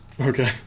Okay